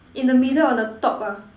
in the middle on the top ah